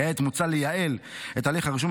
כעת מוצע לייעל את הליך הרישום,